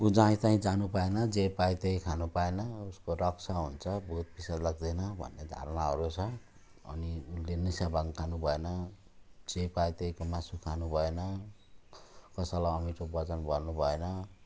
ऊ जहीँतहीँ जानु पाएन जे पायो त्यही खानु पाएन उसको रक्षा हुन्छ भूतपिसाच लाग्दैन भन्ने धारणाहरू छ अनि उसले निसा भाङ खानु भएन जे पायो त्यहीको मासु खानु भएन कसैलाई अमिठो बचन भन्नु भएन